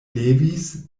levis